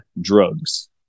Drugs